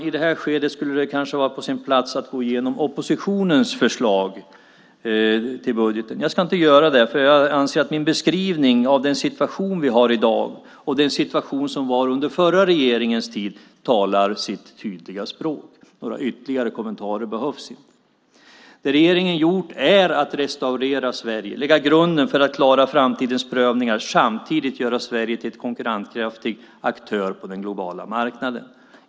I det här skedet skulle det kanske vara på sin plats att gå igenom oppositionens förslag till budgeten. Jag ska inte göra det, för jag anser att min beskrivning av den situation vi har i dag och den situation som vi hade under den förra regeringens tid talar sitt tydliga språk. Några ytterligare kommentarer behövs inte. Det regeringen gjort är att man har restaurerat Sverige, lagt grunden för att klara framtidens prövningar och samtidigt gjort Sverige till en konkurrenskraftig aktör på den globala marknaden.